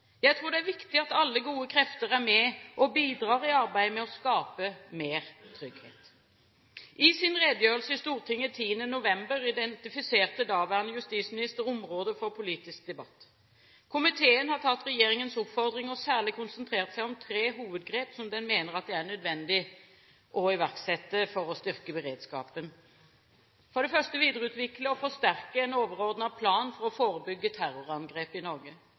Jeg tror det er viktig at alle gode krefter er med og bidrar i arbeidet med å skape mer trygghet. I sin redegjørelse i Stortinget 10. november identifiserte daværende justisminister områder for politisk debatt. Komiteen har tatt regjeringens oppfordring og særlig konsentrert seg om tre hovedgrep som den mener at det er nødvendig å iverksette for å styrke beredskapen. For det første: videreutvikle og forsterke en overordnet plan for å forebygge terrorangrep i Norge.